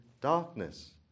darkness